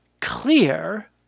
clear